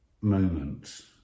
moments